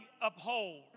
uphold